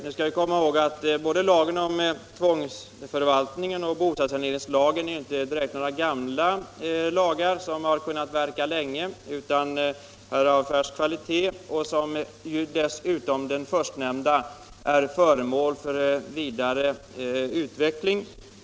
Nu skall vi komma ihåg att både lagen om tvångsförvaltning av bostadsfastighet och bostadssaneringslagen inte är några gamla lagar utan är av färsk kvalitet och att dessutom den förstnämnda är föremål för vidareutveckling.